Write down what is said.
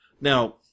Now